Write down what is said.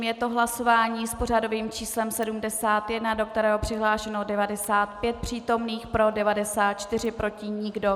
Je to hlasování s pořadovým číslem 71, do kterého je přihlášeno 95 přítomných, pro 94, proti nikdo.